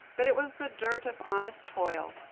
but it was the dirt of honest toil,